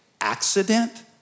accident